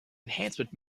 enhancement